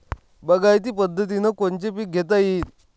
बागायती पद्धतीनं कोनचे पीक घेता येईन?